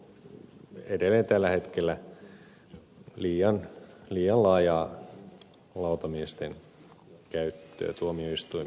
meillä on edelleen tällä hetkellä liian laajaa lautamiesten käyttöä tuomioistuimissa